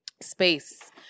space